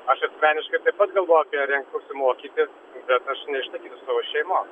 aš asmeniškai taip pat galvoju apie renkuosi mokyti bet aš neišlaikysiu savo šeimos